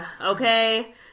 okay